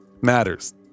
matters